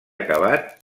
acabat